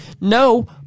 no